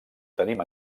tenim